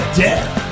death